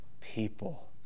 people